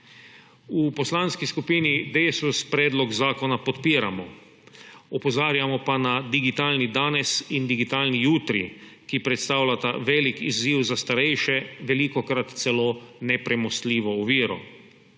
V Poslanski skupini Desus predlog zakona podpiramo. Opozarjamo pa na digitalni danes in digitalni jutri, ki predstavljata velik izziv za starejše, velikokrat celo nepremostljivo oviro.